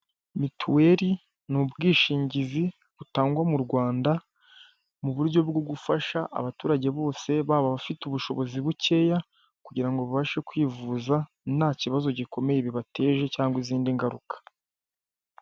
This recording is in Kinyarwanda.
Mituweli ni ubwishingizi butangwa mu Rwanda mu buryo bwo gufasha abaturage bose baba abafite ubushobozi bukeya kugira ngo babashe kwivuza nta kibazo gikomeye bibateje cyangwa izindi ngaruka.